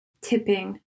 tipping